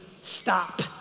Stop